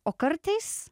o kartais